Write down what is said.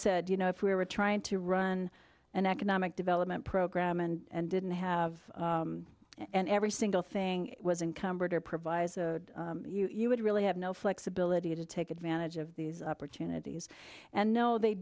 said you know if we were trying to run an economic development program and didn't have and every single thing was in convertor proviso you would really have no flexibility to take advantage of these opportunities and no they